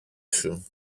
σου